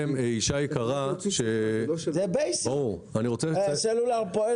אישה יקרה ----- הסלולר פועל